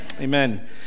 amen